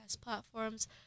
platforms